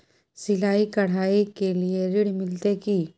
सिलाई, कढ़ाई के लिए ऋण मिलते की?